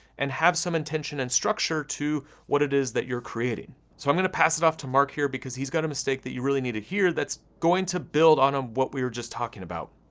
and have some intention and structure to what it is that you're creating. so i'm gonna pass it off to mark here, because he's got a mistake that you really need to hear that's going to build on um what we were just talking about.